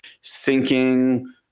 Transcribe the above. sinking